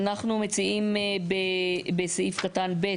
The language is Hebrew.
אנחנו מציעים בסעיף קטן (ב),